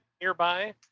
nearby